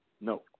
No